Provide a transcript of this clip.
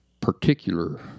particular